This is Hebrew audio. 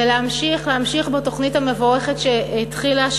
ולהמשיך-להמשיך בתוכנית המבורכת שהתחילה,